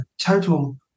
total